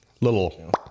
little